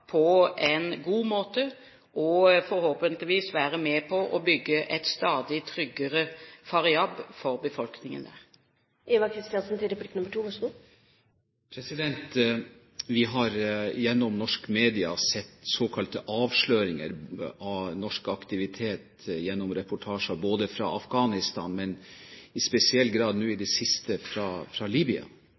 på en god måte, og forhåpentligvis være med på å bygge et stadig tryggere Faryab for befolkningen der. Vi har gjennom norsk media sett såkalte avsløringer av norsk aktivitet gjennom reportasjer både fra Afghanistan og i spesiell grad nå i det siste fra